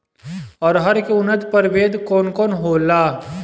अरहर के उन्नत प्रभेद कौन कौनहोला?